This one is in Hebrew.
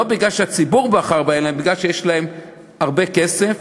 לא בגלל שהציבור בחר בהם אלא בגלל שיש להם הרבה כסף,